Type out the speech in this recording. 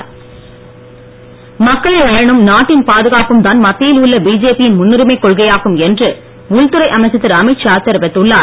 அமீத்ஷா மக்களின் நலனும் நாட்டின் பாதுகாப்பும் தான் மத்தியில் உள்ள பிஜேபியின் முன்னுரிமை கொள்கையாகும் என்று உள்துறை அமைச்சர் திரு அமீத்ஷா தெரிவித்துள்ளார்